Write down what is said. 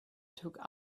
took